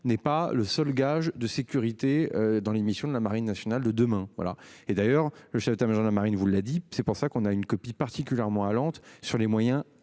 n'est pas le seul gage de sécurité dans l'émission de la marine nationale de demain. Voilà et d'ailleurs le chef de la Maison de la marine, vous l'a dit, c'est pour ça qu'on a une copie particulièrement allante sur les moyens